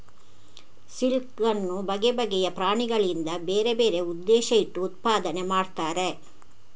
silk ಅನ್ನು ಬಗೆ ಬಗೆಯ ಪ್ರಾಣಿಗಳಿಂದ ಬೇರೆ ಬೇರೆ ಉದ್ದೇಶ ಇಟ್ಟು ಉತ್ಪಾದನೆ ಮಾಡ್ತಾರೆ